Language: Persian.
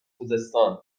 خوزستان